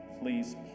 Please